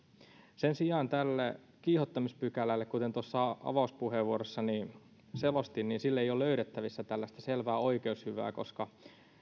sen sijaan tälle kiihottamispykälälle kuten tuossa avauspuheenvuorossani selostin ei ole löydettävissä tällaista selvää oikeushyvää koska